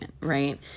right